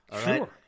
Sure